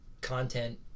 content